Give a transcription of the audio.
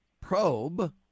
probe